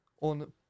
on